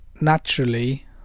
naturally